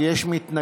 כי יש מתנגדים,